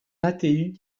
atu